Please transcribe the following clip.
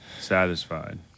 satisfied